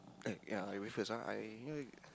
eh ya I wait first ah I you know